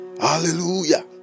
Hallelujah